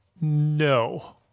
No